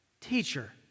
Teacher